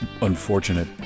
unfortunate